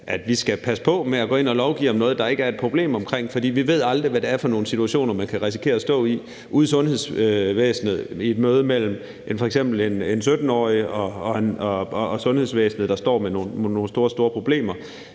vi skal passe på med at gå ind at lovgive om noget, der ikke er et problem omkring. For vi ved aldrig, hvad det er for nogle situationer, man kan risikere at stå i ude i sundhedsvæsenet i mødet mellem f.eks. en 17-årig, der står med nogle store, store problemer,